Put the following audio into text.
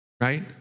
right